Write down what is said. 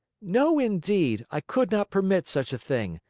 no, indeed. i could not permit such a thing.